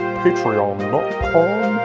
patreon.com